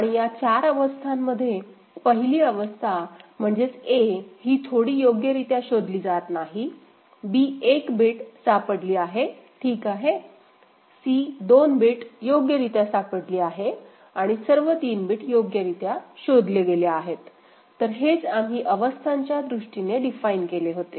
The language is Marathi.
आणि या चार अवस्थांमध्ये पहिली अवस्था म्हणजेच a ही थोडी योग्यरित्या शोधली जात नाही b 1 बिट सापडली आहे ठीक आहे c 2 बिट योग्यरित्या सापडली आहे आणि सर्व 3 बिट योग्यरित्या शोधले गेले आहेत तर हेच आम्ही अवस्थांच्या दृष्टीने डिफाइन केले होते